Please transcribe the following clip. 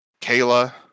Kayla